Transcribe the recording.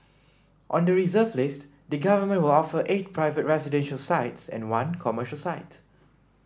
on the reserve list the government will offer eight private residential sites and one commercial site